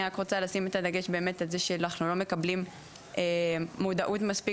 אני רק רוצה לשים את הדגש באמת על זה שאנחנו לא מקבלים מודעות מספיק